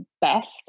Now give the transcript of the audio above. best